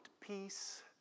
peace